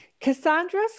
Cassandra